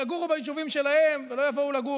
שיגורו ביישובים שלהם ולא יבואו לגור